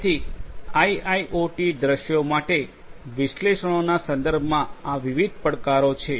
જેથી આઇઆઇઓટી દૃશ્યો માટે વિશ્લેષણોના સંદર્ભમાં આ વિવિધ પડકારો છે